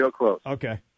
Okay